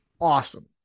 Awesome